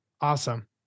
Awesome